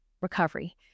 recovery